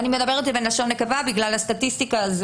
אני מדברת בלשון נקבה בגלל הסטטיסטיקה.